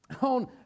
on